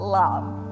love